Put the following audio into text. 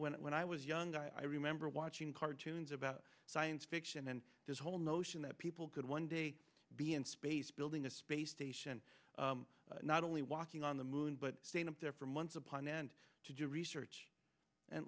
when i was young i remember watching cartoons about science fiction and this whole notion that people could one day be in space building a space station not only walking on the moon but staying up there for months upon end to do research and